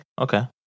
Okay